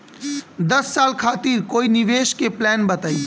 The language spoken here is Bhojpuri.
दस साल खातिर कोई निवेश के प्लान बताई?